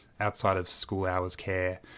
outside-of-school-hours-care